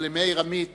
אבל למאיר עמית